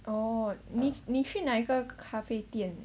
oh 你你去哪一个咖啡店